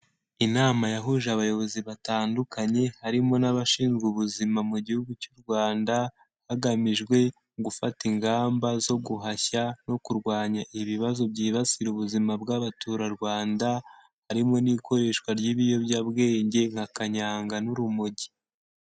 Inama yahuje abayobozi batandukanye, harimo n'abashinzwe ubuzima mu Gihugu cy'u Rwanda, hagamijwe gufata ingamba zo guhashya no kurwanya ibibazo byibasira ubuzima bw'Abaturarwanda, harimo n'ikoreshwa ry'ibiyobyabwenge nka kanyanga n'urumogi.